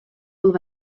wolle